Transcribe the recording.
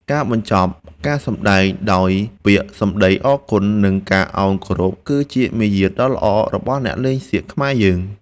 ការបញ្ចប់ការសម្តែងដោយពាក្យសម្តីអរគុណ និង ការឱនគោរពគឺជាមារយាទដ៏ល្អរបស់អ្នកលេងសៀកខ្មែរយើង។